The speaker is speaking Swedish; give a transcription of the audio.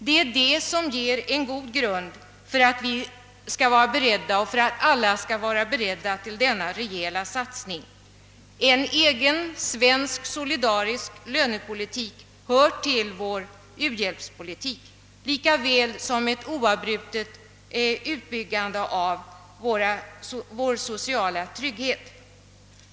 Det är detta som ger en god grund när det gäller att göra alla beredda till denna rejäla satsning. En svensk solidarisk lönepolitik hör till vår u-hjälpspolitik lika väl som ett oavbrutet utbyggande av vår sociala trygghet.